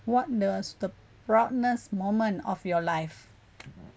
what does the proudest moment of your life